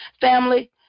Family